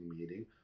meeting